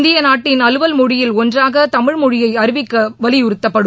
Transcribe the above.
இந்திய நாட்டின் அலுவல் மொழியில் ஒன்றாக தமிழ் மொழியை அறிவிக்க வலியுறுத்தப்படும்